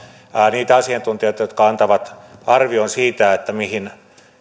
niitä asiantuntijoita jotka antavat arvion siitä mihin